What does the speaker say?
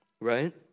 Right